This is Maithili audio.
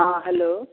हॅं हेलो